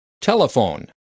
Telephone